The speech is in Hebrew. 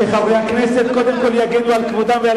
שחברי הכנסת קודם כול יגנו על כבודם ועל